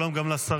שלום גם לשרים.